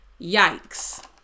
yikes